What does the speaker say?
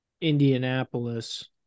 Indianapolis